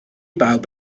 bawb